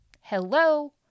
Hello